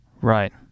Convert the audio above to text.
Right